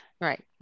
right